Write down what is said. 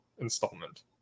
Installment